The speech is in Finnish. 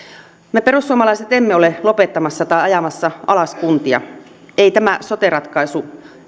me perussuomalaiset emme ole lopettamassa tai ajamassa alas kuntia ei tämä sote ratkaisu